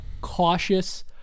cautious